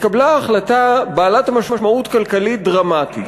התקבלה ההחלטה בעלת משמעות כלכלית דרמטית,